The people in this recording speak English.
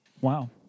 Wow